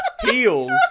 heels